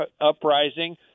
uprising